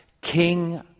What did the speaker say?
King